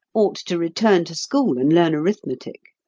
ought to return to school and learn arithmetic.